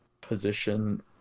position